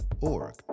org